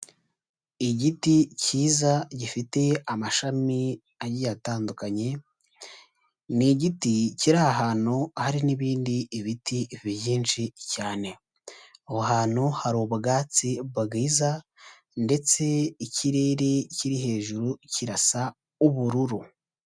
Igiti cyiza gifite amashami agiye atandukanye, ni igiti kiri ahantu hari n'ibindi ibiti byinshi cyane. Aho hantu hari ubwatsi bwiza, ndetse ikirere kiri hejuru kirasa ubururu.